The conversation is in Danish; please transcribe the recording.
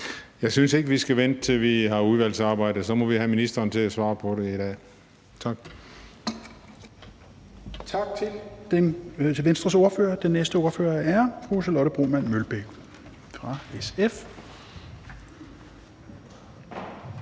Jeg synes ikke, vi skal vente, til vi har udvalgsarbejde. Så må vi have ministeren til at svare på det i dag. Tak.